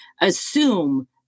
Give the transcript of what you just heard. assume